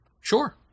Sure